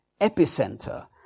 epicenter